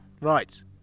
Right